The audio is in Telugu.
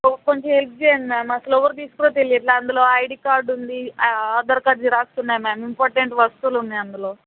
కొంచెం హెల్ప్ చేయండి మ్యామ్ అసలు ఎవరు తీసుకుర్రో తెలియట్లేదు అందులో ఐడి కార్డు ఉంది ఆధార్ కార్డ్ జిరాక్స్ ఉన్నాయి మ్యామ్ ఇంపార్టెంట్ వస్తువులు ఉన్నాయి అందులో